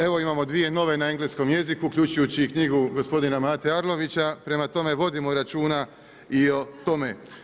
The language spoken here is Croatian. Evo, imamo 2 nove na engleskom jeziku, uključujući knjigu gospodina Mate Arlovića, prema tome vodimo računa i o tome.